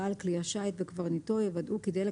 בעל כלי השיט וקברניטו יוודאו כי דלק